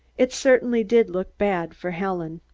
it certainly did look bad for helen.